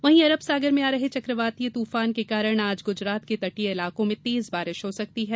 वहीं अरब सागर में आ रहे चक्रवातीय तूफान के कारण आज गुजरात के तटीय इलाकों तेज बारिश हो सकती है